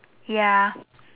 ya